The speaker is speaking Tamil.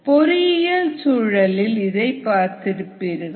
பொறியியல் சூழலில் இதை பார்த்திருப்பீர்கள்